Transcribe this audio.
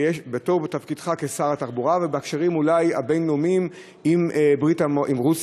בתוקף תפקידך כשר התחבורה ואולי בקשרים הבין-לאומיים עם רוסיה,